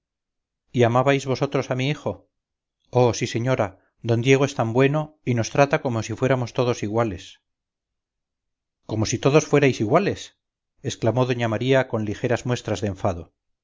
y amabais vosotros a mi hijo oh sí señora d diego es tan bueno y nos trata como si fuéramos todos iguales como si todos fuerais iguales exclamó doña maría con ligeras muestras de enfado